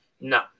No